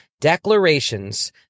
Declarations